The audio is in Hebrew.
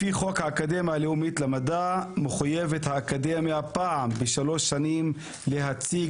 לפי חוק האקדמיה הלאומית למדע מחויבת האקדמיה פעם בשלוש שנים להציג